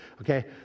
Okay